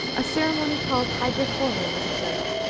a ceremony called hydrophoria was observed,